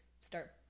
start